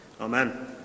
Amen